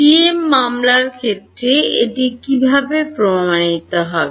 TM মামলার ক্ষেত্রে এটি কীভাবে প্রমাণিত হবে